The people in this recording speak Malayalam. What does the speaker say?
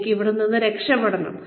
എനിക്ക് ഇവിടെ നിന്ന് രക്ഷപ്പെടണം